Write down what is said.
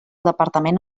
departament